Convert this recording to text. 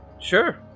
Sure